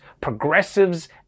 progressives